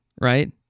Right